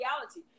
reality